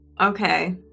okay